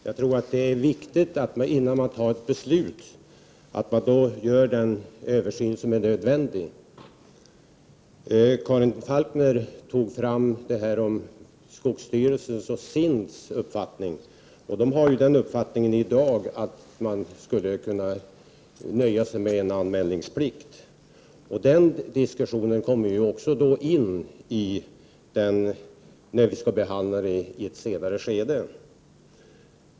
Herr talman! Jag tror att det är viktigt att man innan beslut fattas gör en nödvändig översyn. Karin Falkmer hänvisade till skogsstyrelsens och SIND:s uppfattning. De anser i dag att det kan räcka med anmälningsplikt. Den frågan kommer in i bilden när vi senare skall behandla detta ärende.